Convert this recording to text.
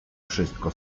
wszystko